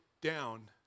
down